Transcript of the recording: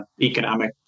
economic